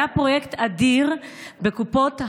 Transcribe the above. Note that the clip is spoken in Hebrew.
היה פרויקט אדיר בקופות החולים: